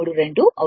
732 అవుతుంది